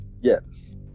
Yes